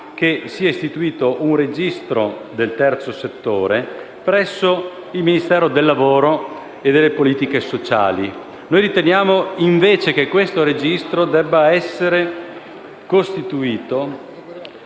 che sia istituito un registro del terzo settore presso il Ministero lavoro e delle politiche sociali. Noi riteniamo invece che tale registro debba essere costituito